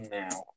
now